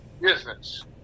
business